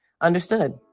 understood